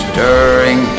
Stirring